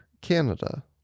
Canada